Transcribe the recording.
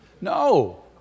No